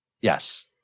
Yes